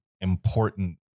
important